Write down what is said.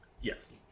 Yes